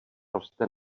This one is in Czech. roste